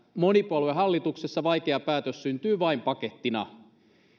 monipuoluehallituksessa vaikea päätös syntyy vain pakettina